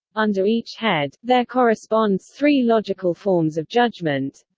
under each head, there corresponds three logical forms of judgement